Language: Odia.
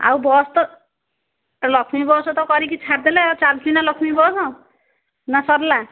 ଆଉ ବସ୍ ତ ଲକ୍ଷ୍ମୀ ବସ୍ ତ କରିକି ଛାଡ଼ିଦେଲେ ଆଉ ଚାଲିଛି ନା ଲକ୍ଷ୍ମୀ ବସ୍ ନା ସରିଲା